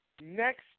next